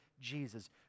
Jesus